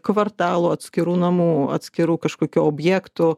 kvartalų atskirų namų atskirų kažkokių objektų